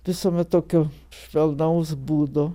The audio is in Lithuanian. visuomet tokio švelnaus būdo